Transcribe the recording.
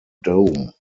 dome